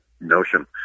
notion